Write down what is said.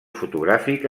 fotogràfic